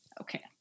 okay